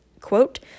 quote